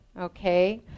Okay